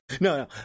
No